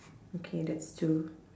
okay that's two